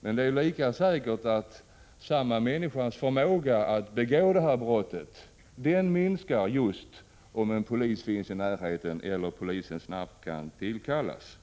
Men det är lika säkert att samma människas förmåga att begå det här brottet minskar om en polis finns i närheten eller polisen snabbt kan tillkallas.